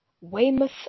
Weymouth